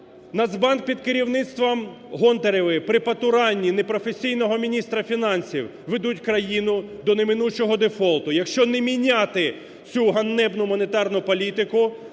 Нацбанк під керівництвом Гонтаревої при потуранні непрофесійного міністра фінансів ведуть країну до неминучого дефолту. Якщо не міняти цю ганебну монетарну політику